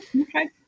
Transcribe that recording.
okay